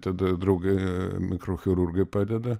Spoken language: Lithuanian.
tada draugai mikrochirurgai padeda